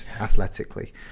athletically